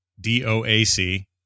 D-O-A-C